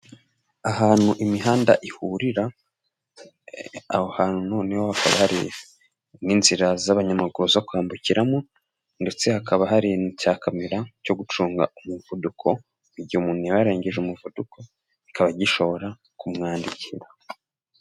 Ahantu imihanda ihurira, aho hantu ni ho haba hari n'inzira z'abanyamaguru zo kwambukiramo ndetse hakaba hari na cya camera cyo gucunga umuvuduko, igihe umuntu yaba arengeje umuvuduko kikaba gishobora kumwandikira.